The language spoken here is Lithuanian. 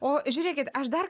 o žiūrėkit aš dar